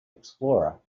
explorer